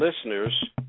listeners